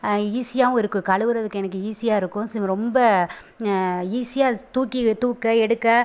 ஈஸியாகவும் இருக்குது கழுவறதுக்கு எனக்கு ஈஸியாருக்கும் சிம ரொம்ப ஈஸியாக தூக்கி தூக்க எடுக்க